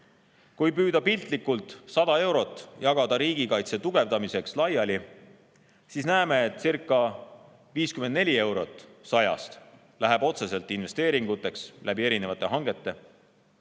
Kui püüda piltlikult jagada 100 eurot riigikaitse tugevdamiseks laiali, siis näeme, etcirca54 eurot 100-st läheb otseselt investeeringuteks erinevate hangete